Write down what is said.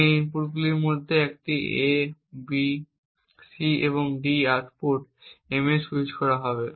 এই ইনপুটগুলির মধ্যে একটি A B C এবং D আউটপুট M এ সুইচ করা হবে